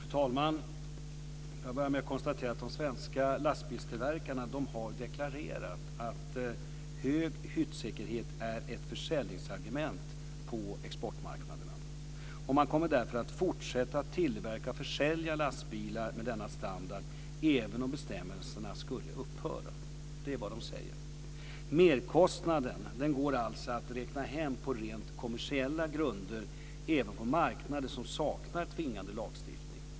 Fru talman! Får jag börja med att konstatera att de svenska lastbilstillverkarna har deklarerat att hög hyttsäkerhet är ett försäljningsargument på exportmarknaderna och att man därför kommer att fortsätta att tillverka och sälja lastbilar med den standarden, även om bestämmelserna skulle upphöra. Det är vad de säger. Merkostnaden går att räkna hem på rent kommersiella grunder även på marknader som saknar tvingande lagstiftning.